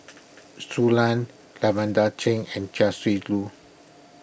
Shui Lan Lavender Chang and Chia Shi Lu